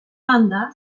banda